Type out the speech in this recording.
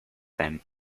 them